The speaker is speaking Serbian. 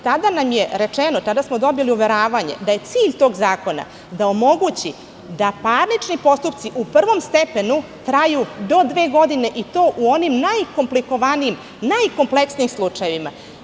Tada nam je rečeno, tada smo dobili uveravanje da je cilj tog zakona da omogući da parnični postupci u prvom stepenu traju do dve godine, i to u onim najkomplikovanijim, najkompleksnijim slučajevima.